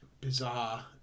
bizarre